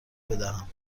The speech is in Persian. بدهم